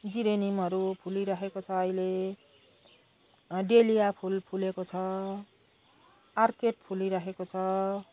जिरेनियमहरू फुलिराखेको छ अहिले डेलिया फुल फुलेको छ अर्किड फुलिराखेको छ